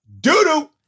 Doo-doo